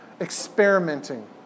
experimenting